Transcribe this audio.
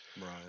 Right